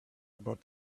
about